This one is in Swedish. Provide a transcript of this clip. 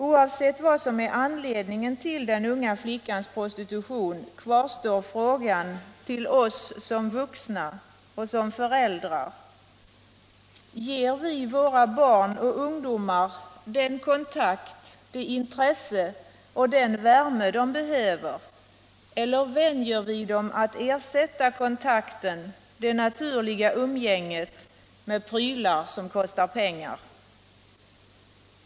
Oavsett anledningen till den unga flickans prostitution kvarstår frågan till oss som vuxna och föräldrar: Ger vi våra barn och ungdomar den kontakt, det intresse och den värme de behöver eller vänjer vi dem vid att ersätta kontakten, det naturliga umgänget, med prylar som kostar pengar?